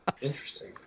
Interesting